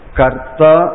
Karta